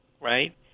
right